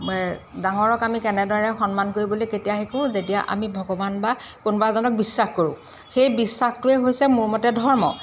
ডাঙৰক আমি কেনেদৰে সন্মান কৰিবলৈ কেতিয়া শিকোঁ যেতিয়া আমি ভগৱান বা কোনোবা এজনক বিশ্বাস কৰোঁ সেই বিশ্বাসটোৱেই হৈছে মোৰ মতে ধৰ্ম